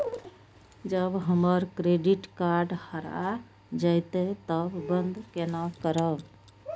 जब हमर credit card हरा जयते तब बंद केना करब?